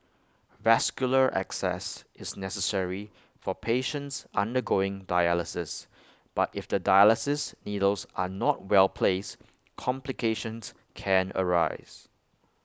vascular access is necessary for patients undergoing dialysis but if the dialysis needles are not well placed complications can arise